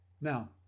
now